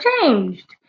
changed